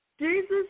Jesus